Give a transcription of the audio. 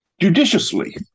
Judiciously